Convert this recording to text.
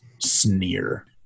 sneer